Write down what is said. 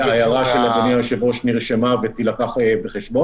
-- אבל בהחלט ההערה של אדוני היושב-ראש נרשמה ותילקח בחשבון.